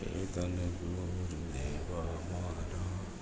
એ તને ગુરુદેવ અમારા